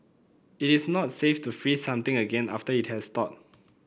it is not safe to freeze something again after it has thawed